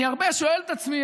אני הרבה שואל את עצמי,